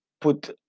put